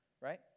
right